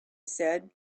said